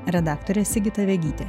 redaktore sigita vegytė